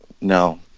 No